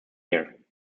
year